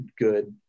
good